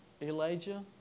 Elijah